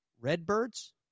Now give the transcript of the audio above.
Redbirds